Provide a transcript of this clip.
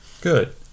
Good